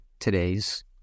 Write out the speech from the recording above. today's